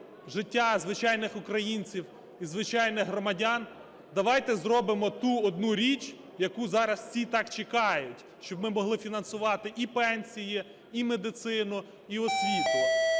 життя звичайних українців і звичайних громадян, давайте зробимо ту одну річ, яку зараз всі так чекають, щоб ми могли фінансувати і пенсії, і медицину, і освіту,